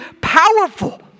powerful